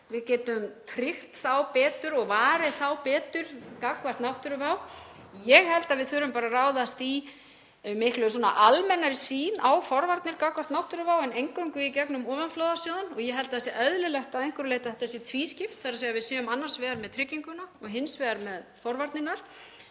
við getum tryggt þá betur og varið betur gagnvart náttúruvá. Ég held að við þurfum bara að ráðast í miklu almennari sýn á forvarnir gagnvart náttúruvá en eingöngu í gegnum ofanflóðasjóð og ég held að það sé eðlilegt að einhverju leyti að þetta sé tvískipt, þ.e. að við séum annars vegar með trygginguna og hins vegar með forvarnirnar.